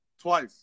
twice